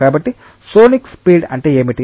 కాబట్టి sonic speed అంటే ఏమిటి